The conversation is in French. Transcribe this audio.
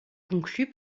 conclu